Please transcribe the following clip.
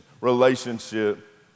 Relationship